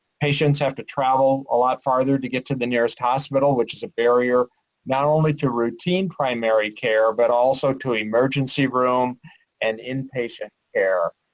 patients have to travel a lot farther to get to the nearest hospital, which is a barrier not only to routine primary care but also to emergency room and inpatient care.